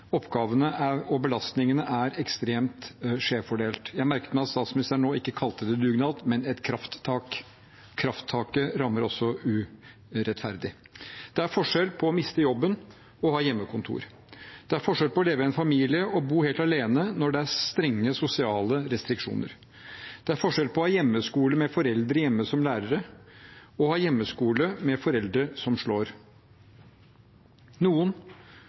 oppgavene og belastningene er ekstremt skjevfordelt. Jeg merket meg at statsministeren nå ikke kalte det dugnad, men et krafttak. Krafttaket rammer også urettferdig. Det er forskjell på å miste jobben og ha hjemmekontor. Det er forskjell på å leve i en familie og bo helt alene når det er strenge sosiale restriksjoner. Det er forskjell på å ha hjemmeskole med foreldre hjemme som lærere, og å ha hjemmeskole med foreldre som slår. Noen,